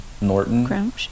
Norton